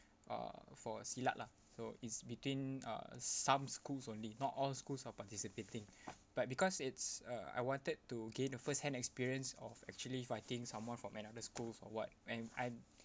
uh for silat lah so it's between uh some schools only not all schools are participating but because it's uh I wanted to gain a first hand experience of actually fighting someone from another schools or what and I